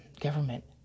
government